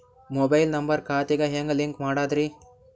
Mobile number ಖಾತೆ ಗೆ ಹೆಂಗ್ ಲಿಂಕ್ ಮಾಡದ್ರಿ?